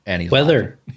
Weather